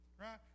right